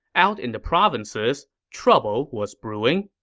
out in the provinces, trouble was brewing.